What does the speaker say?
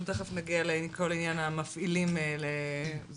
אנחנו תיכף נגיע לכל עניין המפעילים, נעבור